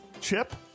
chip